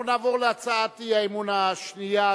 אנחנו נעבור להצעת האי-אמון השנייה,